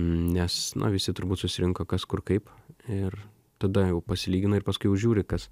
nes na visi turbūt susirinko kas kur kaip ir tada jau pasilygina ir paskui jau žiūri kas